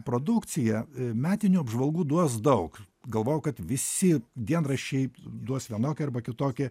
produkciją metinių apžvalgų duos daug galvojau kad visi dienraščiai duos vienokį arba kitokį